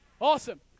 awesome